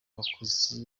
abakozi